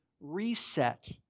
reset